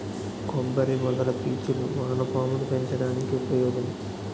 కొబ్బరి మొదల పీచులు వానపాములు పెంచడానికి ఉపయోగం